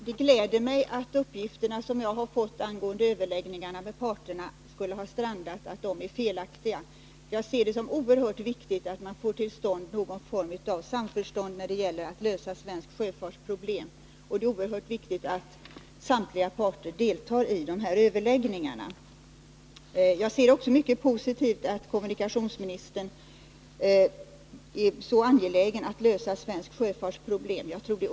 Herr talman! Det gläder mig att de uppgifter som jag har fått, att överläggningarna mellan parterna skulle ha strandat, är felaktiga. Jag ser det som oerhört viktigt att få till stånd någon form av samförstånd när det gäller att lösa svensk sjöfarts problem. Det är också mycket viktigt att samtliga parter deltar i överläggningarna. Jag ser det också som positivt att kommunikationsministern är så angelägen om att lösa svensk sjöfarts problem.